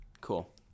Cool